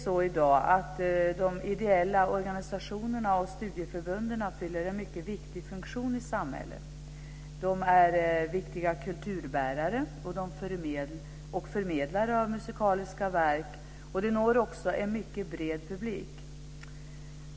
I dag fyller de ideella organisationerna och studieförbunden en mycket viktig funktion i samhället. De är viktiga kulturbärare och förmedlare av musikaliska verk. De når också en mycket bred publik.